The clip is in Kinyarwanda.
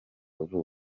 vuba